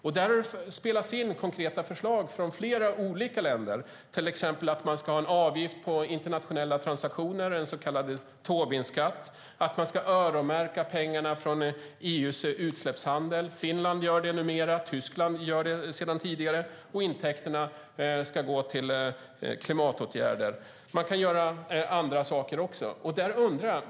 Det har spelats in konkreta förslag från flera länder, till exempel att man ska ha en avgift på internationella transaktioner, en så kallad Tobinskatt, och att man ska öronmärka pengarna från EU:s utsläppshandel. Det senare gör Finland numera, och Tyskland gör det sedan tidigare. Dessa intäkter ska gå till klimatåtgärder. Man kan göra andra saker också.